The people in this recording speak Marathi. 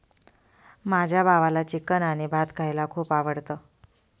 माझ्या भावाला चिकन आणि भात खायला खूप आवडतं